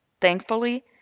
Thankfully